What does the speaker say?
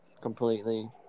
completely